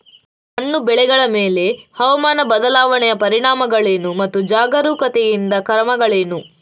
ಹಣ್ಣು ಬೆಳೆಗಳ ಮೇಲೆ ಹವಾಮಾನ ಬದಲಾವಣೆಯ ಪರಿಣಾಮಗಳೇನು ಮತ್ತು ಜಾಗರೂಕತೆಯಿಂದ ಕ್ರಮಗಳೇನು?